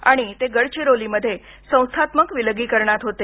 आणि ते गडचिरोलीमध्ये संस्थात्मक विलगीकरणात होते